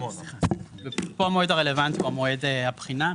פה המועד הרלוונטי הוא מועד הבחינה,